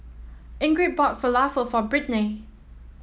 Ingrid bought Falafel for Brittnay